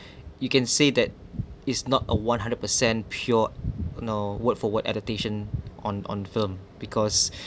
you can say that it's not a one hundred percent pure you know word for word adaptation on on film because